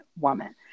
woman